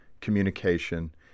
communication